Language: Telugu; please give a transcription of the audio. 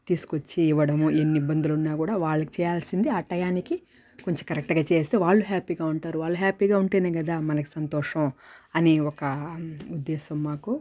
తీసుకొచ్చి ఇవ్వడము ఎన్ని ఇబ్బందులున్నా కూడా వాళ్ళకి చేయాల్సింది ఆ టయానికి కొంచెం కరెక్ట్గా చేస్తే వాళ్ళు హ్యాపీగా ఉంటారు వాళ్ళు హ్యాపీగా ఉంటేనే కదా మనకి సంతోషం అని ఒక ఉద్దేశం మాకు